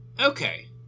Okay